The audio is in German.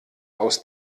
aus